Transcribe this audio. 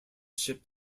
ship